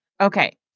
Okay